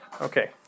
Okay